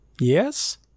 Yes